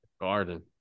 Garden